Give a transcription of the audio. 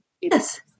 Yes